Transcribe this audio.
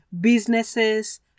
businesses